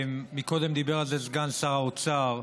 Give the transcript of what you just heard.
קודם דיבר על זה סגן שר האוצר,